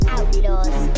Outlaws